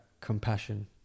compassion